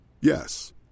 Yes